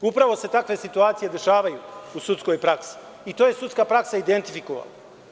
Upravo se takve situacije dešavaju u sudskoj praksi i to je sudska praksa identifikovala.